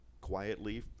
quietly